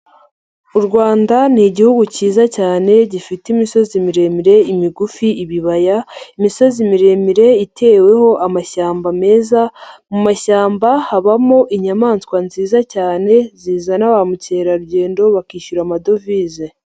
U Rwanda ni igihugu cyiza cyane, gifite imisozi miremire, imigufi, ibibaya, imisozi miremire iteweho amashyamba meza, mu mashyamba habamo inyamaswa nziza cyane, zizana ba mukerarugendo, bakishyura amadovize.